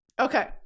Okay